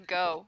go